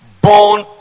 born